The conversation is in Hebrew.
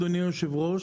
אדוני היושב ראש,